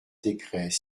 décrets